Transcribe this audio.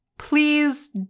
Please